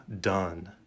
done